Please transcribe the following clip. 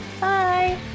Bye